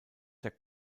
der